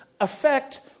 affect